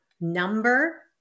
number